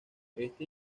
este